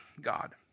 God